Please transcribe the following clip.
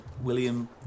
William